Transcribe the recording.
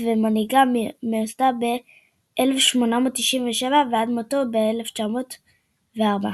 ומנהיגה מהיווסדה ב־1897 ועד מותו ב־1904.